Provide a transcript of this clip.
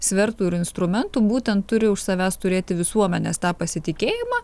svertų ir instrumentų būtent turi už savęs turėti visuomenės tą pasitikėjimą